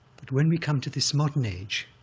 but when we come to this modern age,